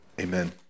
Amen